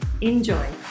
enjoy